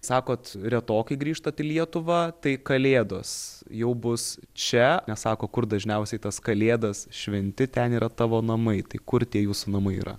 sakot retokai grįžtat į lietuvą tai kalėdos jau bus čia nes sako kur dažniausiai tas kalėdas šventi ten yra tavo namai tai kur tie jūsų namai yra